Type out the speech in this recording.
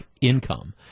income